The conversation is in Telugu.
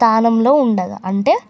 స్థానంలో ఉండగా అంటే